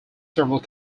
several